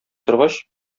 торгач